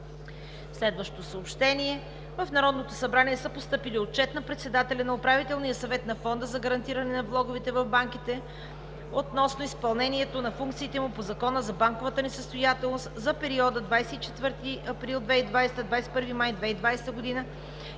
Народното събрание. В Народното събрание са постъпили Отчет на председателя на Управителния съвет на Фонда за гарантиране на влоговете в банките относно изпълнението на функциите му по Закона за банковата несъстоятелност за периода 24 април – 21 май 2020 г. и